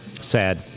Sad